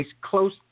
close